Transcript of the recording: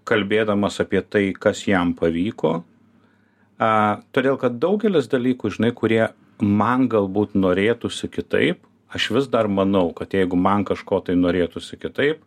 kalbėdamas apie tai kas jam pavyko a todėl kad daugelis dalykų žinai kurie man galbūt norėtųsi kitaip aš vis dar manau kad jeigu man kažko tai norėtųsi kitaip